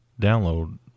download